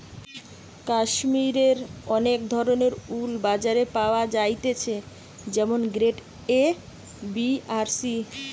কাশ্মীরের অনেক ধরণের উল বাজারে পাওয়া যাইতেছে যেমন গ্রেড এ, বি আর সি